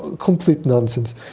complete nonsense.